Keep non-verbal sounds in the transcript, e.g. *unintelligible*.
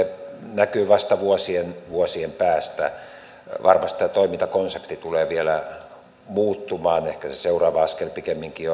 näkyy vasta vuosien vuosien päästä varmasti tämä toimintakonsepti tulee vielä muuttumaan ehkä se seuraava askel pikemminkin *unintelligible*